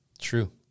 True